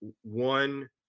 one